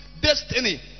destiny